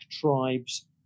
tribes